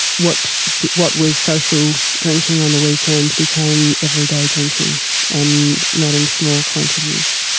what what was social drinking on the weekend became everyday drinking and not in small quantities.